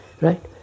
right